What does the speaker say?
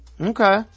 Okay